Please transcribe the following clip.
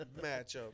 Matchup